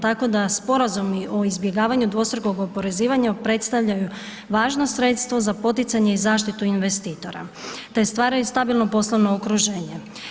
Tako da sporazumi o izbjegavanju dvostrukog oporezivanja predstavljaju važno sredstvo za poticanje i zaštitu investitora te stvaraju stabilno poslovno okruženje.